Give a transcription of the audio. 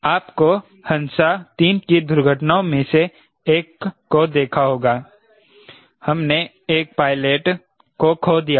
आपने हंसा 3 की दुर्घटनाओं में से एक को देखा होगा हमने एक पायलट को खो दिया था